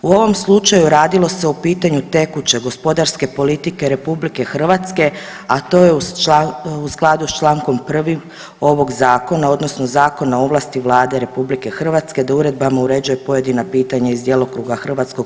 U ovom slučaju radilo se o pitanju tekuće gospodarske politike RH, a to je u skladu s čl. 1. ovog zakona odnosno Zakona o ovlasti Vlade RH da uredbama uređuje pojedina pitanja iz djelokruga HS.